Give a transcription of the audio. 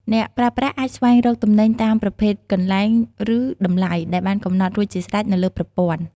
អ្នកប្រើប្រាស់អាចស្វែងរកទំនិញតាមប្រភេទ កន្លែង ឬតម្លៃ ដែលបានកំណត់រួចជាស្រេចនៅលើប្រព័ន្ធ។